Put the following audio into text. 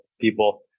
people